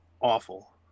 awful